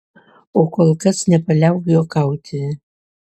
o kol kas nepaliauk juokauti